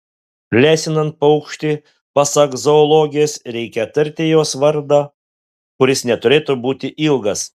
lesinant paukštį pasak zoologės reikia tarti jos vardą kuris neturėtų būti ilgas